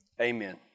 Amen